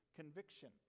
conviction